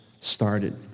started